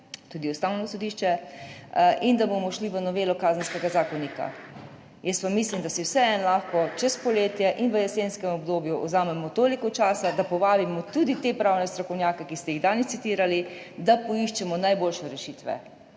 tudi Ustavno sodišče, in da bomo šli v novelo Kazenskega zakonika. Jaz pa mislim, da si vseeno lahko čez poletje in v jesenskem obdobju vzamemo toliko časa, da povabimo tudi te pravne strokovnjake, ki ste jih danes citirali, da poiščemo najboljše rešitve.